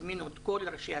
הם הזמינו את כל הסיעות